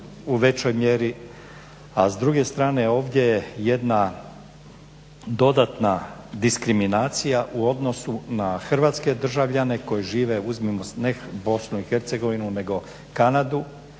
u većoj mjeri, a s druge strane ovdje je jedna dodatna diskriminacija u odnosu na hrvatske državljane koji žive uzmimo Bosnu i Hercegovinu nego Kanadu